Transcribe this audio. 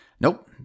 Nope